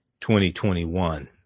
2021